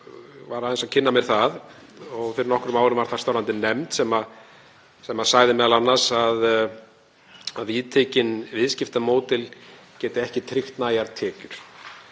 ég var aðeins að kynna mér það. Fyrir nokkrum árum var þar starfandi nefnd sem sagði m.a. að viðtekin viðskiptamódel geti ekki tryggt nægar tekjur